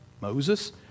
Moses